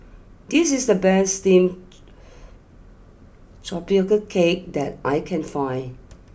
this is the best Steamed Tapioca Cake that I can find